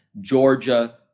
Georgia